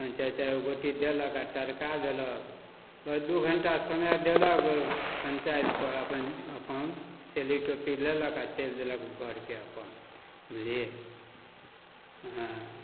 अपन चारि चारिगो गोटी देलक आओर टरका देलक दुइ घण्टा समय देलक पञ्चाइतपर अपन अपन सेली टोपी लेलक आओर चलि देलक घरके अपन बुझलिए हँ